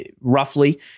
roughly